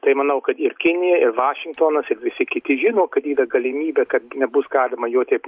tai manau kad ir kinija ir vašingtonas ir visi kiti žino kad yra galimybė kad nebus galima jo taip